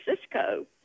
Cisco